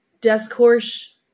discourse